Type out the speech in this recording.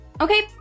Okay